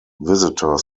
visitor